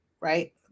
Right